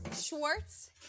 Schwartz